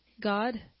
God